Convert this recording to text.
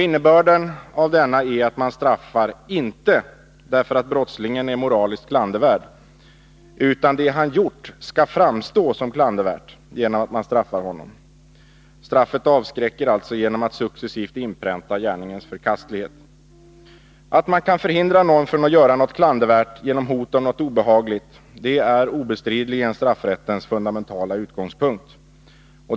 Innebörden av denna är att man inte straffar därför att brottslingen är moraliskt klandervärd, utan därför att det han har gjort skall framstå som klandervärt genom att man straffar honom. Straffet avskräcker alltså genom att det successivt inpräntar gärningens förkastlighet. Att man kan förhindra någon från att göra något klandervärt genom hot om något obehagligt är obestridligen straffrättens fundamentala utgångspunkt.